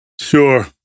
Sure